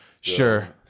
Sure